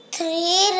Three